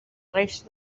reis